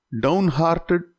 downhearted